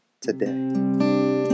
today